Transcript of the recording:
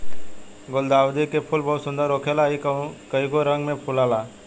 गुलदाउदी के फूल बहुत सुंदर होखेला इ कइगो रंग में फुलाला